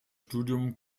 studium